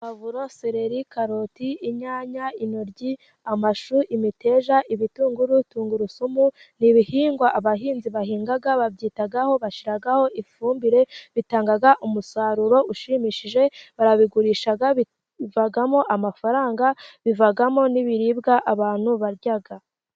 Pavuro, sereri ,karoti, inyanya ,intoryi ,amashu , imiteja, ibitunguru, tungurusumu nibihingwa abahinzi bahinga babyitaho bashiraho ifumbire , bitanga umusaruro ushimishije, barabigurisha bivamo amafaranga, bivamo n'ibiribwa abantu barya.